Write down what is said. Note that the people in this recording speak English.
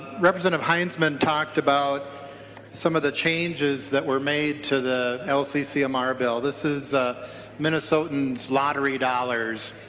representative heintzeman talked about some of the changes that were made to the lccmr bill. this is minnesotans lottery dollars.